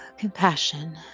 compassion